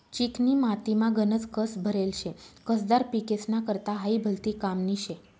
चिकनी मातीमा गनज कस भरेल शे, कसदार पिकेस्ना करता हायी भलती कामनी शे